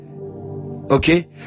okay